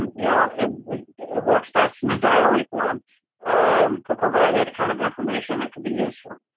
you know, and it works best in the diary form um to provide that kind of information that could be useful.